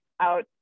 out